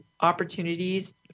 opportunities